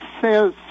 says